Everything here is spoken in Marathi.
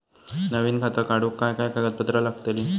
नवीन खाता काढूक काय काय कागदपत्रा लागतली?